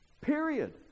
Period